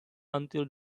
until